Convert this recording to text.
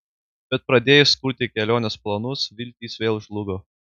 bet pradėjus kurti kelionės planus viltys vėl žlugo